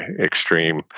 extreme